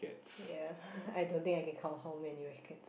ya I don't think I can count how many racket